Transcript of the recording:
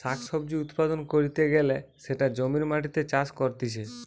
শাক সবজি উৎপাদন ক্যরতে গ্যালে সেটা জমির মাটিতে চাষ করতিছে